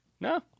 No